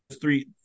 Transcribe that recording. three –